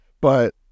but-